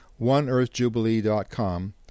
oneearthjubilee.com